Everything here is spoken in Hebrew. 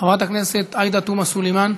חברת הכנסת עאידה תומא סלימאן.